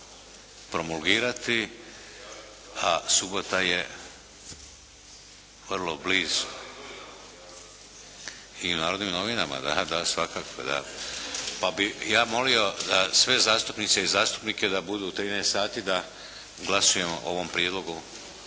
promulgirati, a subota je vrlo blizu. I u “Narodnim novinama“ da, da svakako. Da, pa bih ja molio sve zastupnike i zastupnike da budu u 13,00 sati da glasujemo o ovom prijedlogu